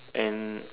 and